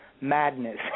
madness